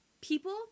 people